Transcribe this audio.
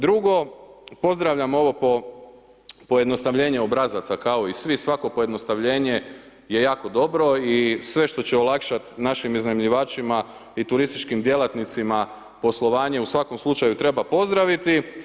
Drugo, pozdravljam ovo pojednostavljenje obrazaca kao i svi, svako pojednostavljenje je jako dobro i sve što će olakšat našim iznajmljivačima i turističkim djelatnicima poslovanje u svakom slučaju treba pozdraviti.